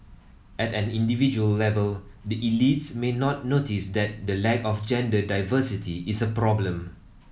at an individual level the elites may not notice that the lack of gender diversity is a problem